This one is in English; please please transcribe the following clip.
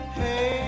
hey